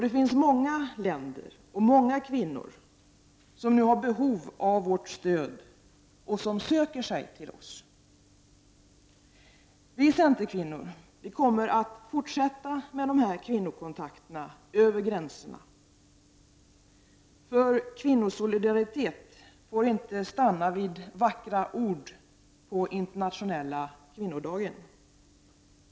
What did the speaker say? Det finns många länder och många kvinnor som nu har behov av vårt stöd och som söker sig till oss. Vi centerkvinnor kommer att fortsätta med kvinnokontakterna över gränserna, för kvinnosolidaritet får inte stanna vid vackra ord på internationella kvinnodagen.